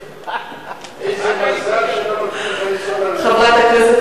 איזה מזל שלא נותנים לך לנסוע לארצות-הברית.